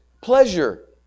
pleasure